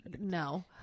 No